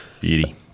Beauty